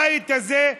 הבית הזה,